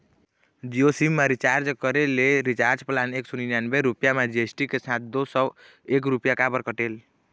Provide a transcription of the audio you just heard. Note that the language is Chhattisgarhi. जियो सिम मा रिचार्ज करे ले रिचार्ज प्लान एक सौ निन्यानबे रुपए मा जी.एस.टी के साथ दो सौ एक रुपया काबर कटेल?